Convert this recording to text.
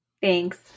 Thanks